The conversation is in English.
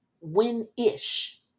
Win-ish